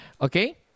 Okay